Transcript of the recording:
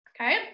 Okay